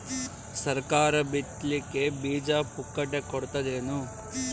ಸರಕಾರ ಬಿತ್ ಲಿಕ್ಕೆ ಬೀಜ ಪುಕ್ಕಟೆ ಕೊಡತದೇನು?